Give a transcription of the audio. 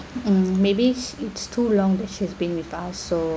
mm maybe it's too long that she has been with us so